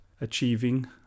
achieving